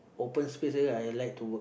open space area I like to work